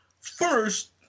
first